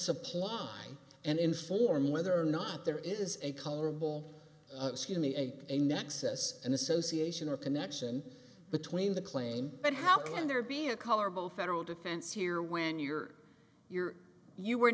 supply and inform whether or not there is a colorable excuse me a a nexus an association or connection between the claim and how can there be a colorable federal defense here when you're you're you were